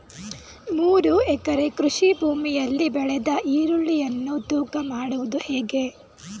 ಮೂರು ಎಕರೆ ಕೃಷಿ ಭೂಮಿಯಲ್ಲಿ ಬೆಳೆದ ಈರುಳ್ಳಿಯನ್ನು ತೂಕ ಮಾಡುವುದು ಹೇಗೆ?